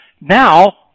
Now